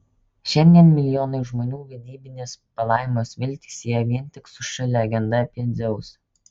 šiandien milijonai žmonių vedybinės palaimos viltį sieja vien tik su šia legenda apie dzeusą